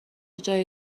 جای